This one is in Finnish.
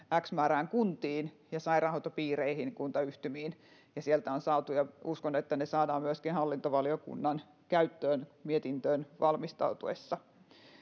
x määrään kuntiin ja sairaanhoitopiireihin kuntayhtymiin ja sieltä on saatu uskon että ne saadaan myöskin hallintovaliokunnan käyttöön mietintöön valmistautuessa